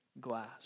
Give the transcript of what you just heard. glass